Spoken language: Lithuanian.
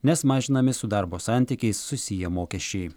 nes mažinami su darbo santykiais susiję mokesčiai